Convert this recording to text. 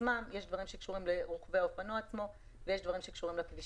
יש דברים שקשורים לרוכבי האופנוע ויש דברים שקשורים לכבישים.